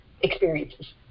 experiences